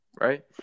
right